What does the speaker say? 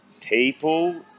People